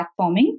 platforming